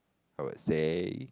I would say